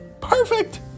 Perfect